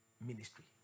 ministry